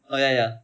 oh ya ya